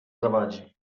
zawadzi